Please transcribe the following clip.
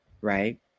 right